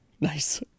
Nice